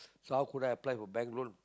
so how could I apply for bank loan